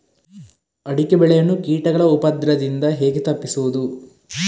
ಅಡಿಕೆ ಬೆಳೆಯನ್ನು ಕೀಟಗಳ ಉಪದ್ರದಿಂದ ಹೇಗೆ ತಪ್ಪಿಸೋದು?